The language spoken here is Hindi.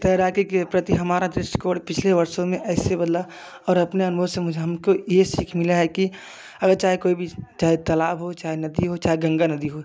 तैराकी के प्रति हमारा दृष्टिकोण पिछले वर्षों में ऐसे बदला और अपने अनमोल से मुझे हमको ये सीख मिला है कि अगर चाहे कोई भी चाहे तालाब हो चाहे नदी हो चाहे गंगा नदी हो